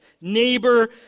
neighbor